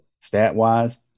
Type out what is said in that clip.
stat-wise